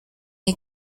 you